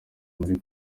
muri